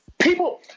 people